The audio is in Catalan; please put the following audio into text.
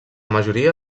majoria